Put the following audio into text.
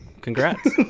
Congrats